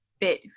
fit